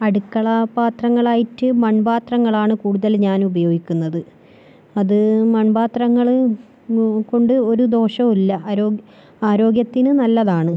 അടുക്കള പത്രങ്ങളായിട്ട് മൺപാത്രങ്ങളാണ് കൂടുതല് ഞാൻ ഉപയോഗിക്കുന്നത് അത് മൺപാത്രങ്ങള് കൊണ്ട് ഒരു ദോഷവും ഇല്ല ആരോഗ്യ ആരോഗ്യത്തിന് നല്ലതാണ്